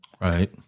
Right